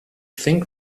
think